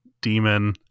demon